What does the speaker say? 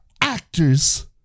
actors